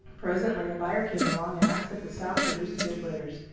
presently a buyer came along and asked if the sow produced good litters.